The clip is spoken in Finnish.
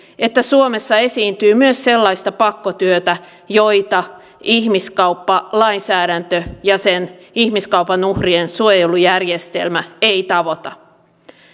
että suomessa esiintyy myös sellaista pakkotyötä jota ihmiskauppalainsäädäntö ja sen ihmiskaupan uhrien suojelujärjestelmä ei tavoita